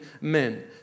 men